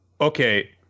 okay